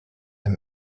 him